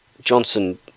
Johnson